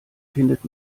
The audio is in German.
findet